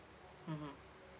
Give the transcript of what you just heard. mmhmm